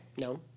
No